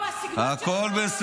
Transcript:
לא, והסגנון שלך, הכול בסדר.